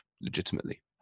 legitimately